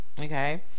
Okay